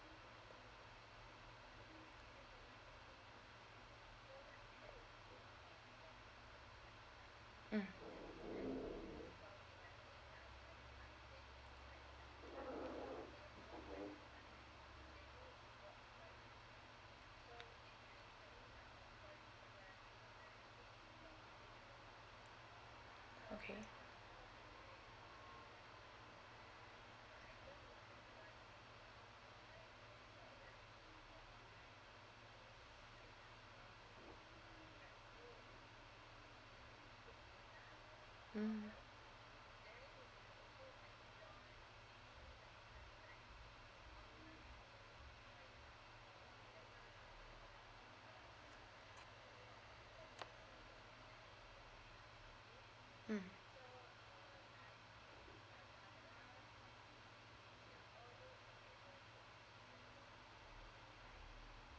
mm okay mm mm